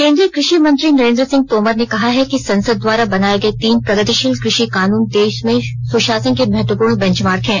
केंद्रीय कृषि मंत्री नरेन्द्र सिंह तोमर ने कहा है कि संसद द्वारा बनाए गए तीन प्रगतिशील कृषि कानून देश में सुशासन के महत्वपूर्ण बेंचमार्क हैं